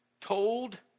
told